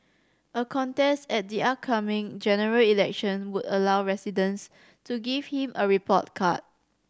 a contest at the upcoming General Election would allow residents to give him a report card